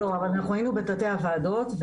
אנחנו היינו בתתי הוועדות,